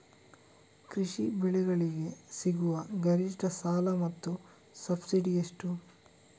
ಕೃಷಿ ಬೆಳೆಗಳಿಗೆ ಸಿಗುವ ಗರಿಷ್ಟ ಸಾಲ ಮತ್ತು ಸಬ್ಸಿಡಿ ಎಷ್ಟು?